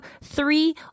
three